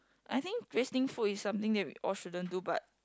I think wasting food is something that we all shouldn't do but